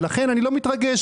לכן אני לא מתרגש.